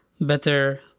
better